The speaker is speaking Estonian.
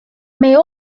meie